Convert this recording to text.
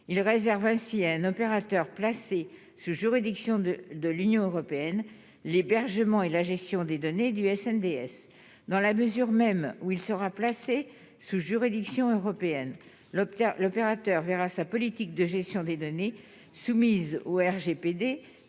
il réserve ainsi un opérateur placés sous juridiction de de l'Union européenne, l'hébergement et la gestion des données du FNDS DS dans la mesure même où il sera placé sous juridiction européenne l'obtient l'opérateur verra sa politique de gestion des données soumises au RGPD